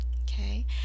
Okay